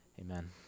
Amen